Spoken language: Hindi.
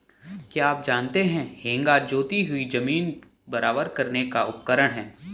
क्या आप जानते है हेंगा जोती हुई ज़मीन बराबर करने का उपकरण है?